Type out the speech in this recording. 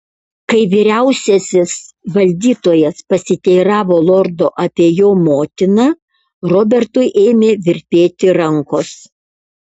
kai vyriausiasis valdytojas pasiteiravo lordo apie jo motiną robertui ėmė virpėti rankos